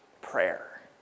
Prayer